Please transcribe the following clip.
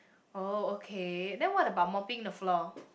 oh okay then what about mopping the floor